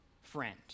friend